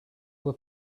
were